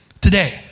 today